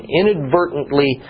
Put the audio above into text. inadvertently